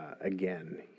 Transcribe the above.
again